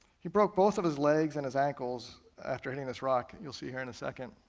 he broke both of his legs and his ankles after hitting this rock, you'll see here in a second.